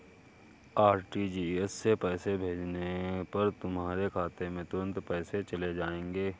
RTGS से पैसे भेजने पर तुम्हारे खाते में तुरंत पैसे चले जाएंगे